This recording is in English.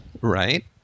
Right